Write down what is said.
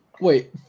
Wait